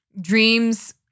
dreams